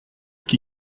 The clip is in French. qui